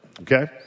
Okay